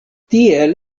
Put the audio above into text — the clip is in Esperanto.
tiel